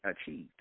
achieved